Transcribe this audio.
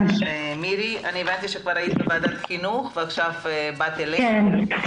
הבנתי שכבר היית בוועדת חינוך ועכשיו באת אלינו.